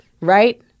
right